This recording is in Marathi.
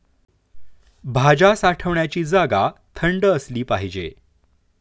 भाज्या साठवण्याची जागा थंड असली पाहिजे